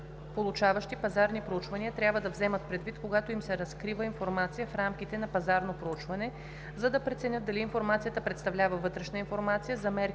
пазарно проучване,